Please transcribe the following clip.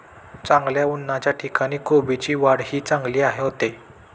चांगल्या उन्हाच्या ठिकाणी कोबीची वाढही चांगली होते